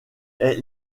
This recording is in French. est